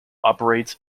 operates